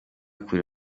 kure